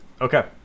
Okay